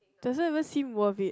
doesn't even seems worth it